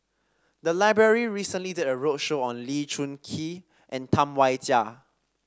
the library recently did a roadshow on Lee Choon Kee and Tam Wai Jia